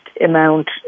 amount